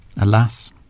Alas